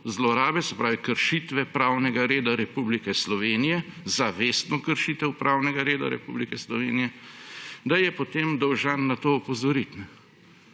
zlorabe, se pravi kršitve pravnega reda Republike Slovenije, zavestno kršitev pravnega reda Republike Slovenije, da je potem dolžan na to opozoriti.